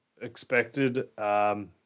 expected